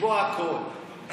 לקבוע הכול.